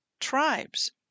tribes